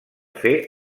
fer